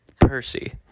Percy